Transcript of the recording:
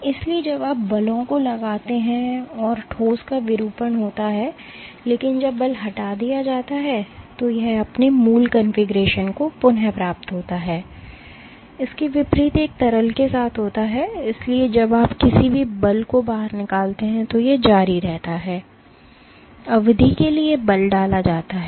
इसलिए जब आप बलों को लगाते हैं तो ठोस का विरूपण होता है लेकिन जब बल हटा दिया जाता है तो यह अपने मूल कॉन्फ़िगरेशन को पुन प्राप्त करता है इसके विपरीत एक तरल के साथ होता है इसलिए जब आप किसी भी बल को बाहर निकालते हैं तो यह जारी रहता है अवधि के लिए बल डाला जाता है